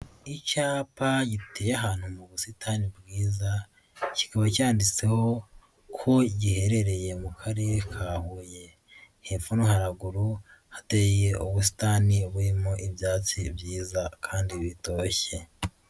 Icyapa giteye ahantu mu busitani bwiza, kikaba cyanditseho ko giherereye mu karere ka Huye hepfo no haraguru hateye ubusitani burimo ibyatsi byiza kandi bitoroshye.